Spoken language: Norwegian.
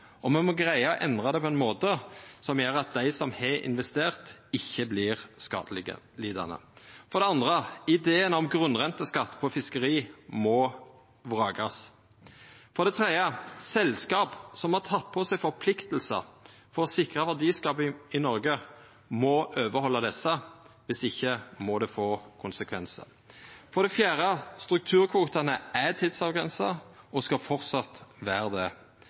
og me må greia å endra det på ein måte som gjer at dei som har investert, ikkje vert skadelidande. For det andre: Ideen om grunnrenteskatt på fiskeri må vrakast. For det tredje: Selskap som har teke på seg forpliktingar for å sikra verdiskaping i Noreg, må overhalda desse. Viss ikkje må det få konsekvensar. For det fjerde: Strukturkvotane er tidsavgrensa og skal framleis vera det.